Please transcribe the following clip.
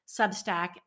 Substack